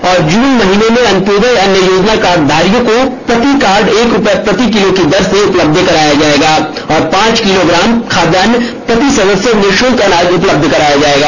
वहीं जून महीने में अन्तयोदय अन्य योजना कार्ड धारियों को प्रति कार्ड एक रूपये प्रति किलो की दर से उपलब्ध कराया जाएगा और पांच किलो ग्राम खाद्यान प्रति सदस्य निःषुल्क अनाज उपलब्ध कराया जाएगा